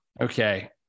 Okay